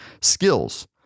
skills